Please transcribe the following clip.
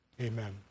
amen